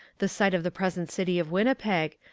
the site of the present city of winnipeg,